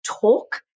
talk